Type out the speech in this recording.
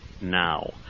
now